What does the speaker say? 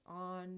on